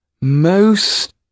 Most